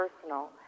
personal